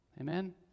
Amen